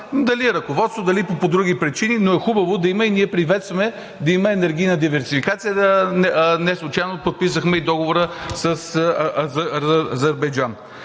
Дали от ръководство, дали по други причини, но е хубаво да я има и ние приветстваме да има енергийна диверсификация. Неслучайно подписахме и договора с Азербайджан.